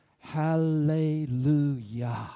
Hallelujah